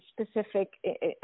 specific